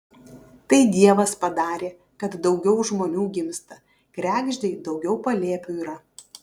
tai dievas padarė kad daugiau žmonių gimsta kregždei daugiau palėpių yra